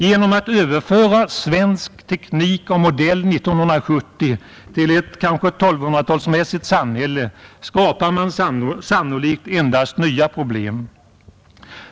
Genom att överföra svensk teknik av modell 1970 till ett måhända 1200-talsmässigt samhälle skapar man sannolikt endast nya problem.